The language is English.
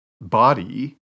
body